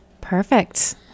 Perfect